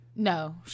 no